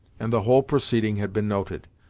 and the whole proceeding had been noted.